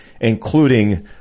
including